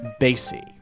Basie